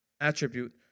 attribute